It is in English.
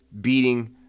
beating